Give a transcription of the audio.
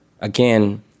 again